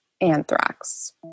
anthrax